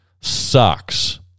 sucks